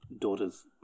daughters